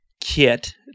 kit